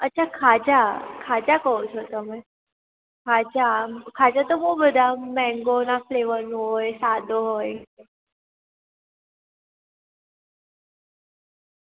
અચ્છા ખાજા ખાજા કહો છો તમે ખાજા ખાજા તો બહુ બધાં મેંગોના ફ્લેવરનો હોય સાદો હોય